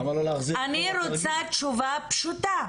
אני רוצה תשובה פשוטה.